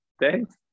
Thanks